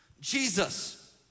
Jesus